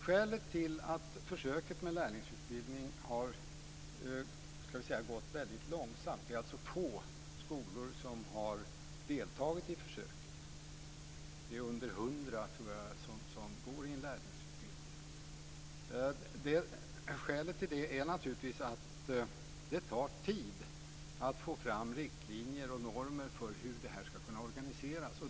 Skälet till att försöket med lärlingsutbildning har gått väldigt långsamt - det är alltså få skolor som har deltagit i försöket; det är under 100 som går i en lärlingsutbildning - är naturligtvis att det tar tid att få fram riktlinjer och normer för hur det ska organiseras.